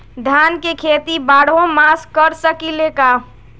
धान के खेती बारहों मास कर सकीले का?